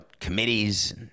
committees